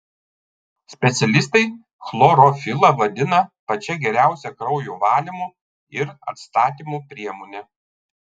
specialistai chlorofilą vadina pačia geriausia kraujo valymo ir atstatymo priemone